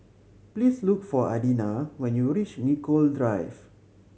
please look for Adina when you reach Nicoll Drive